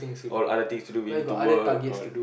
all other things to do we need to work all